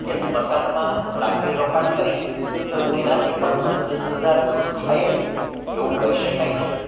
કે સ્મશાનમાં રાત્રે રોકાણ કરીએ તો એનાથી અંધશ્રદ્ધા દૂર થાયે જ એવું કહી શકાય નહીં